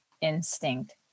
instinct